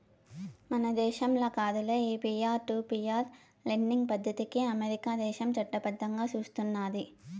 మన దేశంల కాదులే, ఈ పీర్ టు పీర్ లెండింగ్ పద్దతికి అమెరికా దేశం చట్టబద్దంగా సూస్తున్నాది